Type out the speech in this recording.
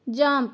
jump